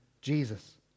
Jesus